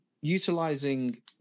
utilizing